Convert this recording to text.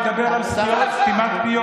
ידידו אדולף אייכמן יספר,